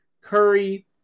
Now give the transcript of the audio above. Curry